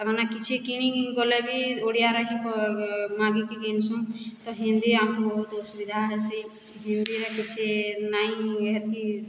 ତାର୍ମାନେ କିଛି କିଣି ଗଲେ ବି ଓଡ଼ିଆରେ ହିଁ ମାଗିକି ଘିନ୍ସୁଁ ତ ହିନ୍ଦୀ ଆମ୍କୁ ବହୁତ୍ ଅସୁବିଧା ହେସି ହିନ୍ଦୀରେ କିଛି ନାଇଁ ହେତ୍କି